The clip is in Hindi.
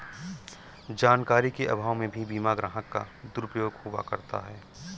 जानकारी के अभाव में भी बीमा ग्राहक का दुरुपयोग हुआ करता है